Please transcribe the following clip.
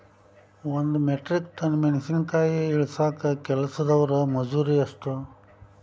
ಒಂದ್ metric tonne ಮೆಣಸಿನಕಾಯಿ ಇಳಸಾಕ್ ಕೆಲಸ್ದವರ ಮಜೂರಿ ಎಷ್ಟ?